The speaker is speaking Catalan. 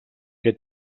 que